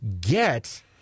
get